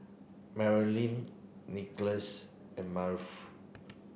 Marylin Nikolas and Arnulfo